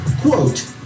quote